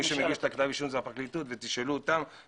מי שמגיש את כתבי האישום זה הפרקליטות אז תשאלו אותם.